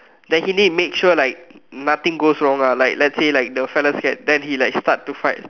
like he need make sure like nothing goes wrong ah like let's say like the fellow scared then he like start to fight